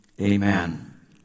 amen